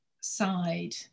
side